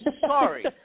sorry